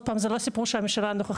שוב, זה לא סיפור של הממשלה הנוכחית.